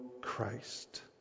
Christ